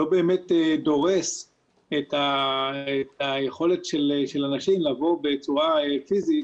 לא דורס את היכולת של אנשים לבוא בצורה פיזית